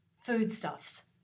foodstuffs